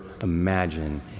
imagine